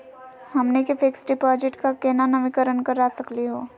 हमनी के fix deposit क केना नवीनीकरण करा सकली हो?